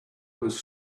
was